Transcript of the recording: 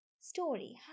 story